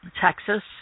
Texas